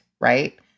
right